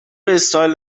استایل